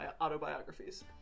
autobiographies